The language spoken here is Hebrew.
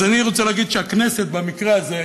אז אני רוצה להגיד שהכנסת, במקרה הזה,